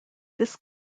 this